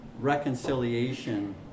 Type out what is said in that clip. reconciliation